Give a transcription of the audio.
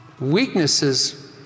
weaknesses